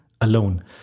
alone